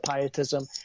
pietism